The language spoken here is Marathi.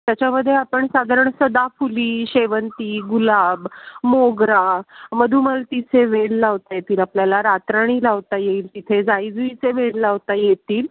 त्याच्यामध्ये आपण साधारण सदाफुली शेवंती गुलाब मोगरा मधुमालतीचे वेल लावता येतील आपल्याला रातराणी लावता येईल तिथे जाई जुईचे वेल लावता येतील